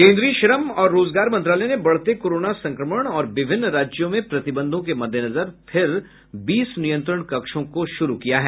केन्द्रीय श्रम और रोजगार मंत्रालय ने बढ़ते कोरोना संक्रमण और विभिन्न राज्यों में प्रतिबंधों के मद्देनजर फिर बीस नियंत्रण कक्षों को शुरू किया है